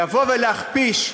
לבוא ולהכפיש,